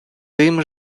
тим